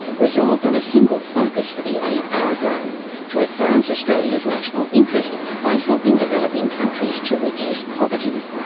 resolved on a single focus for the aid program to advance australia's national interest by helping developing countries to reduce poverty.